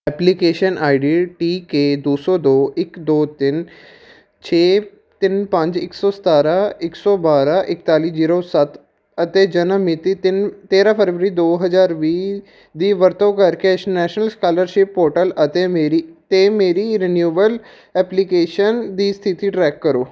application I D T K ਦੋ ਸੌ ਦੋ ਇੱਕ ਦੋ ਤਿੰਨ ਛੇ ਤਿੰਨ ਪੰਜ ਇੱਕ ਸੌ ਸਤਾਰ੍ਹਾਂ ਇੱਕ ਸੌ ਬਾਰ੍ਹਾਂ ਇੱਕਤਾਲੀ ਜ਼ੀਰੋ ਸੱਤ ਅਤੇ ਜਨਮ ਮਿਤੀ ਤਿੰਨ ਤੇਰ੍ਹਾਂ ਫਰਵਰੀ ਦੋ ਹਜ਼ਾਰ ਵੀਹ ਦੀ ਵਰਤੋਂ ਕਰਕੇ ਇਸ ਨੈਸ਼ਨਲ ਸਕਾਲਰਸ਼ਿਪ ਪੋਰਟਲ ਅਤੇ ਮੇਰੀ 'ਤੇ ਮੇਰੀ ਰੀਨਿਊਵਲ ਐਪਲੀਕੇਸ਼ਨ ਦੀ ਸਥਿਤੀ ਟਰੈਕ ਕਰੋ